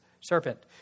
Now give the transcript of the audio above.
serpent